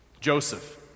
Joseph